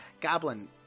Goblin